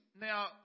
now